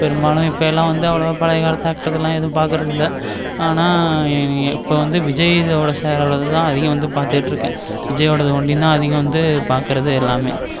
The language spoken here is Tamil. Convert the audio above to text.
பெரும்பாலும் இப்பவெல்லாம் வந்து அவ்வளோவா பழைய காலத்து ஆக்டர்துலாம் எதுவும் பார்க்கறதில்ல ஆனால் இப்போ வந்து விஜய்தோட சாரோடது தான் அதிகம் வந்து பார்த்துட்ருக்கேன் விஜயோடது ஒண்டியுந்தான் அதிகம் வந்து பார்க்கறது எல்லாமே